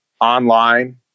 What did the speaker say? online